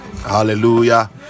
hallelujah